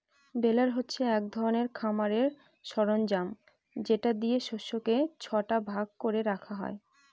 বেলার হচ্ছে এক ধরনের খামারের সরঞ্জাম যেটা দিয়ে শস্যকে ছটা ভাগ করে রাখা হয়